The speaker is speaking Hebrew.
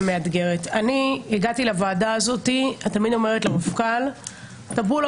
אני מגבה את התיקון הזה, כי נעשה בסעיף הזה שימוש